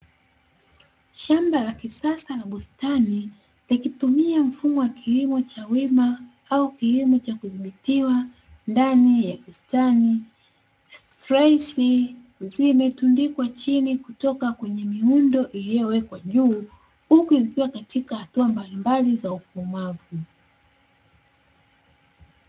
Shamba la kisasa la bustani likitumia mfumo wa kilimo cha wima au kilimo cha kudhibitiwa ndani ya bustani, fleisi zimetundikwa chini kutoka kwenye miundo iliyowekwa juu huku ikiwa katika hatua mbalimbali za ukomavu.